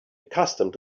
accustomed